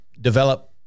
develop